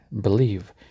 believe